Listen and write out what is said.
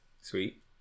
Sweet